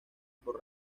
por